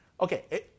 okay